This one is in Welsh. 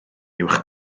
uwch